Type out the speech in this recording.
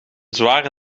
zware